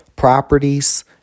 Properties